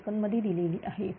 ही second मध्ये दिलेली आहे